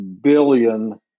billion